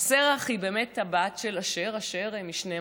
שרח היא באמת הבת של אשר, אשר מ-12